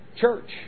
church